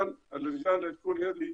הערבים חייבים להתאחד ברמת המנהיגות הפוליטית,